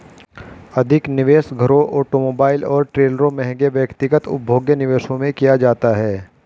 अधिक निवेश घरों ऑटोमोबाइल और ट्रेलरों महंगे व्यक्तिगत उपभोग्य निवेशों में किया जाता है